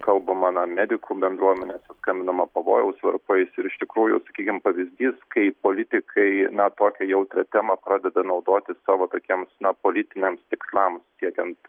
kalbama na medikų bendruomenės skambinama pavojaus varpais ir iš tikrųjų sakykim pavyzdys kaip politikai na tokią jautrią temą pradeda naudoti savo tokiems na politiniams tikslams siekiant